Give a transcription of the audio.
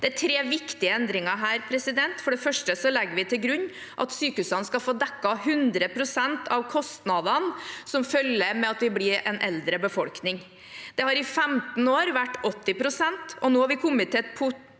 Det er tre viktige endringer her. For det første legger vi til grunn at sykehusene skal få dekket 100 pst. av kostnadene som følger med at vi blir en eldre befolkning. Det har i 15 år vært 80 pst., og nå har vi kommet til et punkt